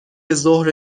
ظهر